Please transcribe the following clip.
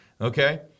Okay